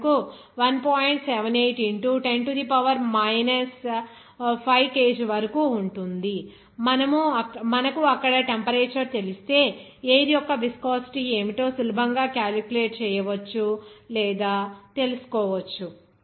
78 into 10 to the power minus 5 kg వరకు ఉంటుంది మనకు అక్కడ టెంపరేచర్ తెలిస్తే ఎయిర్ యొక్క విస్కోసిటీ ఏమిటో సులభంగా క్యాలిక్యులేట్ చేయవచ్చు లేదా తెలుసుకోవచ్చు